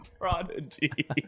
prodigy